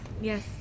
Yes